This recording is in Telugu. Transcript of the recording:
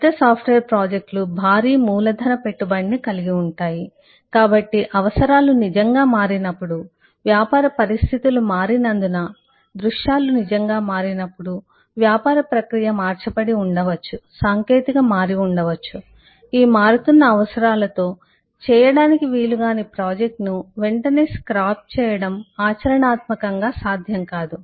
పెద్ద సాఫ్ట్వేర్ ప్రాజెక్టులు భారీ మూలధన పెట్టుబడిని కలిగి ఉంటాయి కాబట్టి అవసరాలు నిజంగా మారినప్పుడు వ్యాపార పరిస్థితులు మారినందున దృశ్యాలు నిజంగా మారినప్పుడు వ్యాపార ప్రక్రియ మార్చబడి ఉండవచ్చు సాంకేతికత మారి ఉండవచ్చు ఈ మారుతున్న అవసరాలతో చేయవీలు కాని ప్రాజెక్ట్ ను వెంటనే స్క్రాప్ చేయడం ఆచరణాత్మకంగా సాధ్యం కాదు